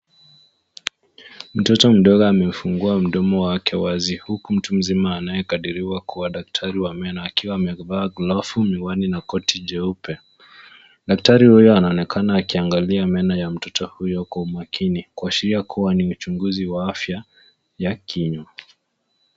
Mtoto mdogo amefungua mdomo wake wazi huku mtu mzima anaye kadiriwa kuwa daktari wa meno akiwa amevaa glavu, miwani na koti jeupe. Daktari huyu anaonekana akiangalia meno ya mtoto huyo kwa umakini, kuashiria kuwa ni uchunguzi wa afya ya kinywa.